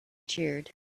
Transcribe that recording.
cheered